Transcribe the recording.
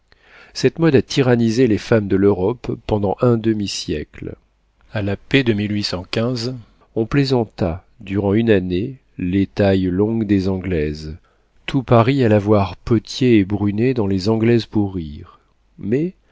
cette mode a tyrannisé les femmes de l'europe pendant un demi-siècle a la paix de on plaisanta durant une année les tailles longues des anglaises tout paris alla voir pothier et brunet dans les anglaises pour rire mais